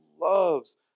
loves